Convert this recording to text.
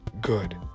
good